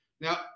Now